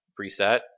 preset